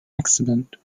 accident